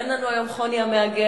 אין לנו היום חוני המעגל,